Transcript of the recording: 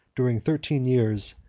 during thirteen years,